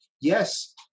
yes